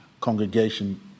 congregation